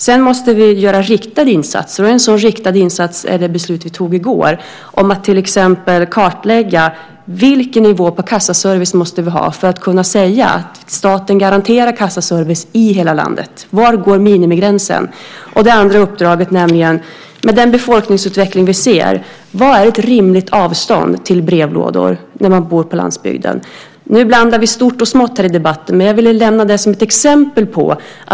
Sedan måste vi göra riktade insatser. En sådan riktad insats är det beslut vi fattade i går om att till exempel kartlägga vilken nivå på kassaservice vi måste ha för att kunna säga att staten garanterar kassaservice i hela landet. Var går minimigränsen? Det andra uppdraget är: Med den befolkningsutveckling vi ser, vad är ett rimligt avstånd till brevlådor när man bor på landsbygden? Nu blandar vi stort och smått här i debatten, men jag ville ge det som ett exempel.